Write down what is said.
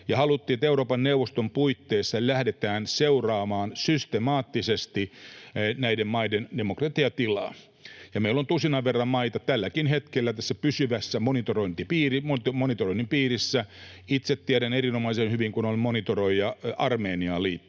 Haluttiin, että Euroopan neuvoston puitteissa lähdetään seuraamaan systemaattisesti näiden maiden demokratian tilaa. Meillä on tusinan verran maita tälläkin hetkellä pysyvän monitoroinnin piirissä. Itse tiedän sen erinomaisen hyvin, kun olen monitoroija Armeniaan liittyen.